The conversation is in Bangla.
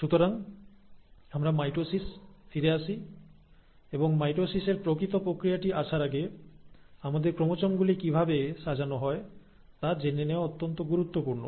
সুতরাং আমরা মাইটোসিস ফিরে আসি এবং মাইটোসিসের প্রকৃত প্রক্রিয়াটিতে আসার আগে আমাদের ক্রোমোজোম গুলি কিভাবে সাজানো হয় তা জেনে নেওয়া অত্যন্ত গুরুত্বপূর্ণ